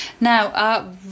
Now